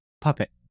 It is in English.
puppet